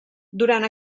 durant